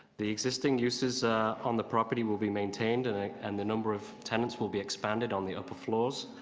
the existing uses on the property will be maintained and ah and the number of tenants will be expanded on the upper floors.